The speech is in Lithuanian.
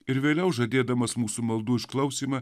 ir vėliau žadėdamas mūsų maldų išklausymą